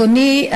אדוני,